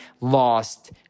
lost